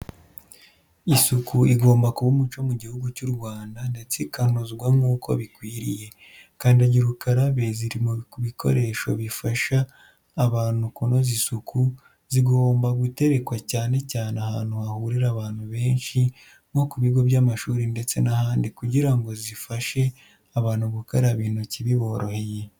Isuku igomba kuba umuco mu Gihugu cy'u Rwanda ndatse ikanozwa nk'uko bikwiriye! Kandagira ukarabe ziri ku bikoresha bifasha abantu kunoza isuku, zigomba guterekwa cyane cyane ahantu hahurira abantu benshi nko ku bigo by'amashuri ndetse n'ahandi kugira ngo zifashe abantu gukaraba intoki biboroheye.